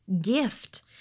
gift